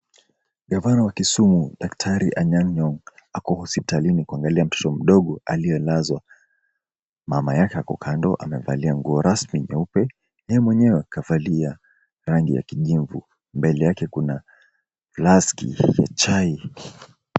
Gavana wa kisumu daktari Anyang' Nyong' ako hospitalini kuangalia mtoto mdogo aliyelazwa. Mama yake ako kando amevalia nguo rasmi nyeupe na yeye mwenye kavalia rangi ya kijivu. Mbele yake kuna flaski ya chai.